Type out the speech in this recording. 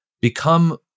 become